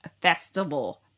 Festival